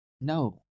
No